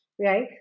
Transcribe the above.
right